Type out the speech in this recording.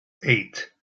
eight